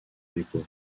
dépôt